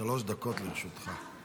שלוש דקות לרשותך.